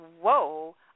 whoa